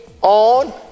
on